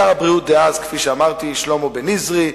שר הבריאות דאז, כפי שאמרתי, שלמה בניזרי,